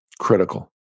critical